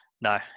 no